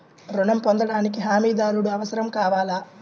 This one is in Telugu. ఋణం పొందటానికి హమీదారుడు అవసరం కావాలా?